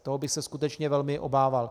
Toho bych se skutečně velmi obával.